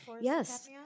Yes